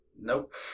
nope